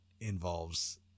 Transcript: involves